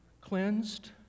cleansed